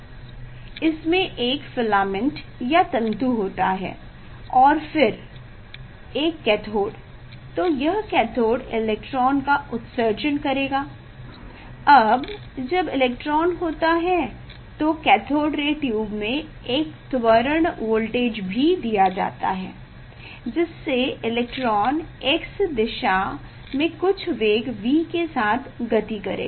इसमें एक फिलामेंट या तन्तु होता है और फिर एक कैथोडतो यह कैथोड इलेक्ट्रॉन का उत्सर्जन करेगा अब जब इलेक्ट्रॉन होता है तो कैथोड रे ट्यूब में एक त्वरण वोल्टेज भी दिया जाता है जिससे इलेक्ट्रॉन x दिशा में कुछ वेग V के साथ गति करेगा